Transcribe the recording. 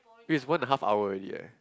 it's one and a half hour already leh